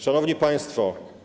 Szanowni Państwo!